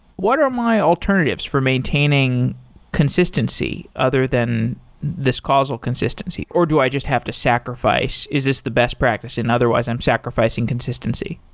what are my alternatives for maintaining consistency other than this causal consistency, or do i just have to sacrifice? is this the best practice? and otherwise, i'm sacrificing consistency?